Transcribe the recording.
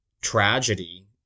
tragedy